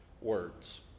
words